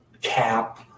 cap